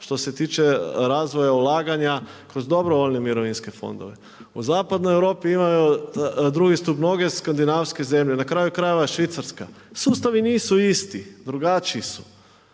što se tiče razvoja ulaganja kroz dobrovoljne mirovinske fondove. U Zapadnoj Europi imaju drugi stup mnoge skandinavske zemlje, na kraju krajeva Švicarska. Sustavi nisu isti, drugačiji su.